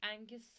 Angus